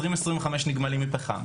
2025 נגמלים מפחם,